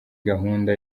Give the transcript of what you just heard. gahunda